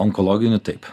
onkologinių taip